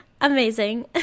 amazing